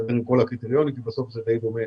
מסתדר עם כל הקריטריונים אבל בסוף זה די דומה